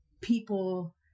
people